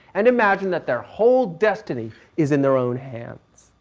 and imagine that their whole destiny is in their own hands.